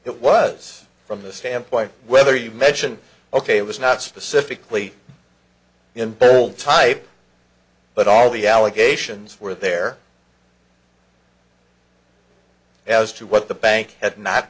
it was from the standpoint whether you mention ok it was not specifically in bold type but all the allegations were there as to what the bank had not